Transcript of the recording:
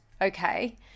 okay